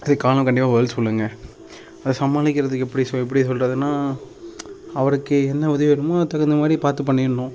தே காலம் கண்டிப்பாக பதில் சொல்லும்ங்க அது சமாளிக்கிறதுக்கு எப்படி சொ எப்படி சொல்கிறதுனா அவருக்கு என்ன உதவி வேணுமோ அதுக்குத் தகுந்தமாதிரி பார்த்து பண்ணிடணும்